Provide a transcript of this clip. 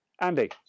Andy